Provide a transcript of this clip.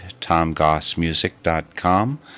tomgossmusic.com